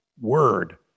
word